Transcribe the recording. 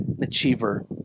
achiever